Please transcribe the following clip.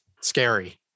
Scary